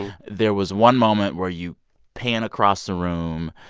there was one moment where you pan across the room.